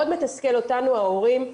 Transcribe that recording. מאוד מסתכל אותנו, ההורים.